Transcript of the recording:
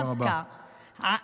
תודה רבה.